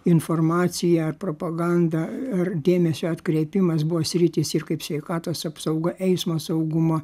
informacija propaganda ar dėmesio atkreipimas buvo sritys ir kaip sveikatos apsauga eismo saugumo